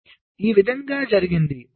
కాబట్టి ఈ విధంగా జరిగింది